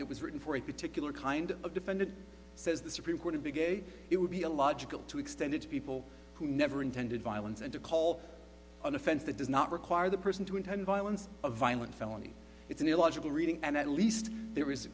that was written for a particular kind of defendant says the supreme court to begin it would be a logical to extend it to people who never intended violence and to call an offense that does not require the person to intend violence a violent felony it's an illogical reading and at least there is